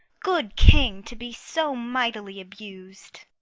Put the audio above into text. good king, to be so mightily abused!